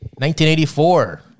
1984